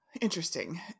interesting